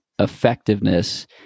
effectiveness